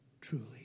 truly